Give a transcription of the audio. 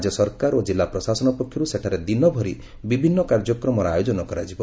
ରାଜ୍ୟ ସରକାର ଓ ଜିଲ୍ଲା ପ୍ରଶାସନ ପକ୍ଷରୁ ସେଠାରେ ଦିନଭରି ବିଭିନୁ କାର୍ଯ୍ୟକ୍ରମର ଆୟୋଜନ କରାଯିବ